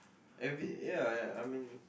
every ya ya I mean